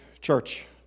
church